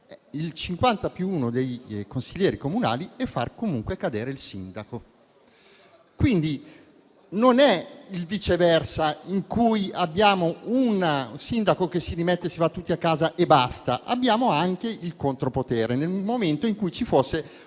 cento più uno dei consiglieri comunali e far comunque cadere il sindaco. Quindi non è il viceversa in cui abbiamo un sindaco che si dimette, si va tutti a casa e basta; abbiamo anche il contropotere, nel momento in cui ci fosse una